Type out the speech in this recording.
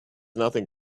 nothing